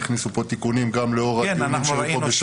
והכניסו פה תיקונים לאור הדיונים שהיו בשבוע